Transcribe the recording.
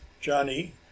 Johnny